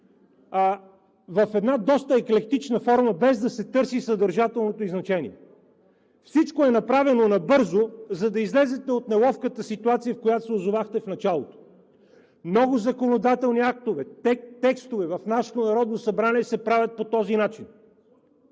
в една доста еклектична форма, без да се търси съдържателното ѝ значение. Всичко е направено набързо, за да излезете от неловката ситуация, в която се отзовахте в началото. Много законодателни актове, текстове в нашето Народно събрание се правят по този начин.